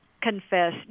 confess